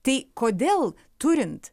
tai kodėl turint